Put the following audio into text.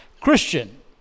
Christian